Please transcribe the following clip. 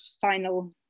final